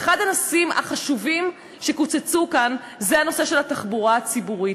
ואחד הנושאים החשובים שקוצצו כאן זה הנושא של התחבורה הציבורית,